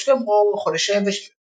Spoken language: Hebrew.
וחודש פברואר הוא החודש היבש ביותר.